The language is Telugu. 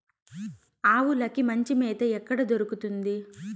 ఆవులకి మంచి మేత ఎక్కడ దొరుకుతుంది?